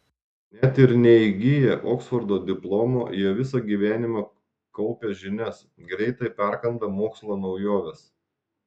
net ir neįgiję oksfordo diplomo jie visą gyvenimą kaupia žinias greitai perkanda mokslo naujoves